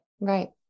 right